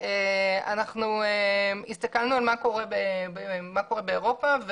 אנחנו הסתכלנו מה קורה באירופה,